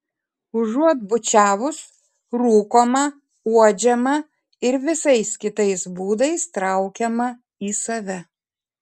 užuot bučiavus rūkoma uodžiama ir visais kitais būdais traukiama į save